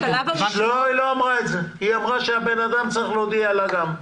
היא אמרה שהאדם צריך להודיע גם לה.